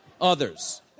others